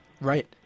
Right